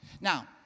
Now